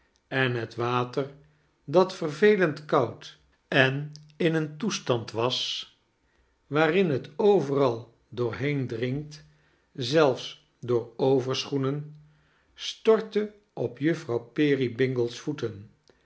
en het water dat vervelend koud en in een toestand was waarin het overal doorheen dringt zelfs door overschoenen stortte op juffrouw peerybingle's voeten